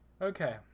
Okay